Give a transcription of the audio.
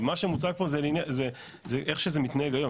מה שמוצג פה זה איך שזה מתנהג היום,